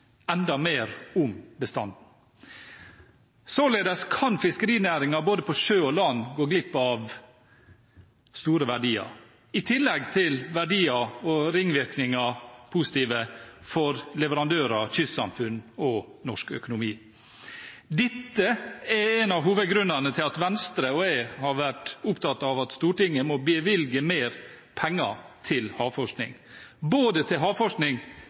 enda mer om bestanden. Således kan fiskerinæringen, både i sjø og på land, gå glipp av store verdier, i tillegg til verdiene og de positive ringvirkningene for leverandører, kystsamfunn og norsk økonomi. Dette er en av hovedgrunnene til at Venstre og jeg har vært opptatt av at Stortinget må bevilge mer penger til havforskning – både til havforskning